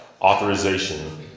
authorization